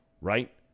right